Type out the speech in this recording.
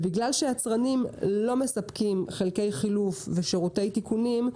ובגלל שיצרנים לא מספקים חלקי חילוף ושירותי תיקונים,